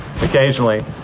occasionally